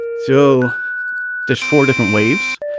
so there's four different waves.